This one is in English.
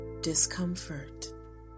discomfort